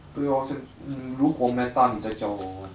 对 lor 如果 meta 你在叫我玩